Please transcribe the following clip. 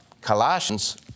Colossians